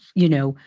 you know,